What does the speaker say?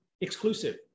exclusive